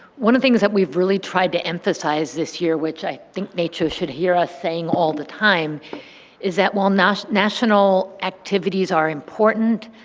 one of the things that we've really tried to emphasize this year which i think nature should hear us saying all the time is that well national national activities are important,